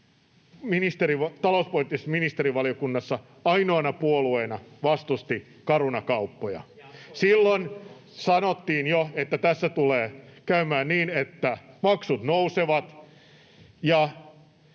talouspoliittisessa ministerivaliokunnassa ainoana puolueena vastusti Caruna-kauppoja. [Timo Heinosen välihuuto] Silloin sanottiin jo, että tässä tulee käymään niin, että maksut nousevat